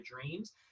dreams